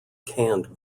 canned